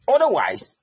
Otherwise